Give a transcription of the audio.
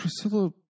Priscilla